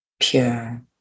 pure